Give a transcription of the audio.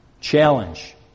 challenge